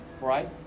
right